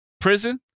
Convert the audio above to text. prison